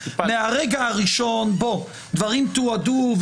מהרגע הראשון דברים תועדו,